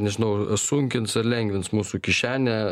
nežinau sunkins lengvins mūsų kišenę